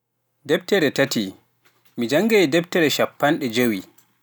Deftere tati, mi janngay deftere cappanɗe jowi.